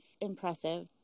impressive